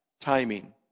timing